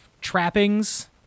trappings